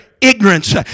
ignorance